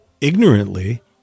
ignorantly